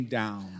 down